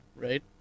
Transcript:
right